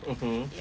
mmhmm